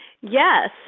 Yes